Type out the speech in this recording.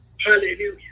Hallelujah